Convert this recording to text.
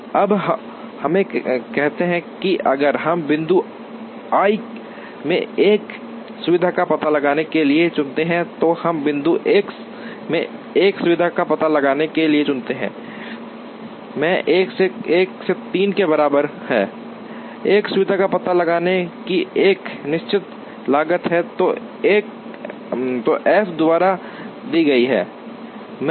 अब हम कहते हैं कि अगर हम बिंदु i में एक सुविधा का पता लगाने के लिए चुनते हैं तो हम बिंदु 1 में एक सुविधा का पता लगाने के लिए चुनते हैं मैं 1 से 3 के बराबर है एक सुविधा का पता लगाने की एक निश्चित लागत है जो एफ द्वारा दी गई है मैं